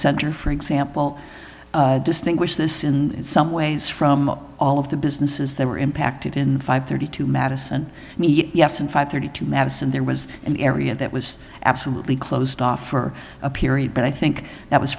center for example distinguish this in some ways from all of the businesses that were impacted in five thirty two madison yes and five thirty to madison there was an area that was absolutely closed off for a period but i think that was